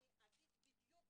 אני אגיד בדיוק